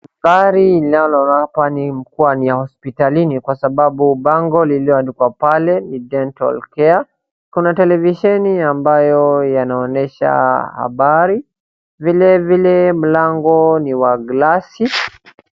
Mandari ninaloona hapa ni kuwa ya hosiptalini kwa sababu bango liloandikwa pale ni Dental care ,kuna televisheni ambayo yanaonyesha habari, vilevile mlango ni wa glasi.